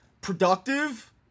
productive